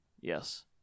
Yes